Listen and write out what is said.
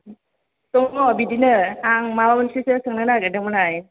दङ' बिदिनो आं माबा मोनसेसो सोंनो नागेरदोंमोन हाय